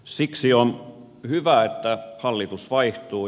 siksi on hyvä että hallitus vaihtuu